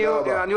אני מסיים.